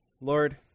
lord